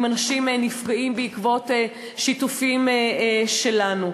אם אנשים נפגעים בעקבות שיתופים שלנו.